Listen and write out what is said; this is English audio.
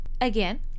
Again